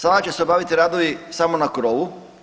Sada će se obaviti radovi samo na krovu.